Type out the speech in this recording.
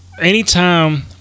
Anytime